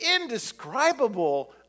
indescribable